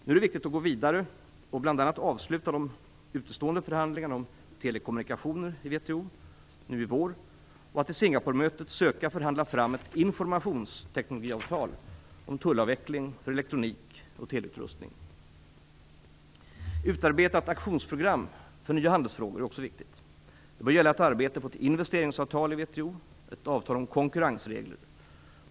Nu är det viktigt att gå vidare och bl.a. avsluta de utestående förhandlingarna om telekommunikationer i WTO nu i vår, och att till Singaporemötet söka förhandla fram ett informationsteknologiavtal om tullavveckling för elektronik och teleutrustning. Det är också viktigt att utarbeta ett aktionsprogram för nya handelsfrågor. Det bör gälla ett arbete på ett investeringsavtal i WTO och ett avtal om konkurrensregler.